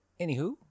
anywho